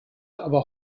aber